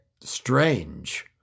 strange